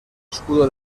escudo